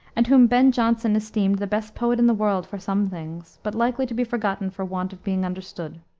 and whom ben jonson esteemed the best poet in the world for some things, but likely to be forgotten for want of being understood.